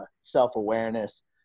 self-awareness